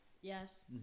yes